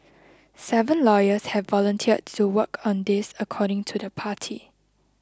seven lawyers have volunteered to work on this according to the party